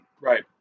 Right